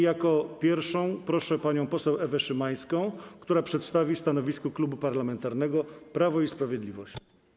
Jako pierwszą proszę panią poseł Ewę Szymańską, która przedstawi stanowisko Klubu Parlamentarnego Prawo i Sprawiedliwość.